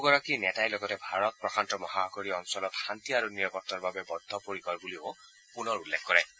দুয়োগৰাকী নেতাই লগতে ভাৰত প্ৰশান্ত মহাসাগৰীয় অঞ্চলত শান্তি আৰু নিৰাপত্তাৰ বাবে বদ্ধ পৰিকৰ বুলিও পুনৰ উল্লেখ কৰে